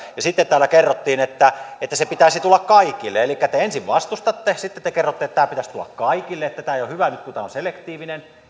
ja sitten täällä kerrottiin että että sen pitäisi tulla kaikille elikkä te ensin vastustatte sitten te kerrotte että tämän pitäisi tulla kaikille että tämä ei ole hyvä nyt kun tämä selektiivinen